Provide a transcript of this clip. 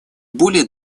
более